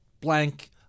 blank